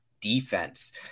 defense